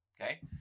okay